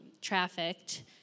trafficked